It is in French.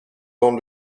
dans